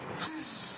!hais!